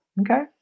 Okay